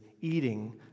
eating